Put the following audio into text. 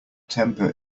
temper